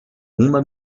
uma